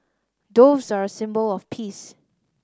doves are a symbol of peace